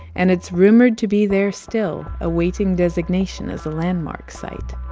and it's rumored to be there still, a waiting designation, as a landmark sight.